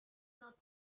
not